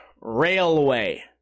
railway